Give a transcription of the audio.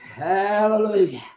Hallelujah